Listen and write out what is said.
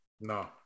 No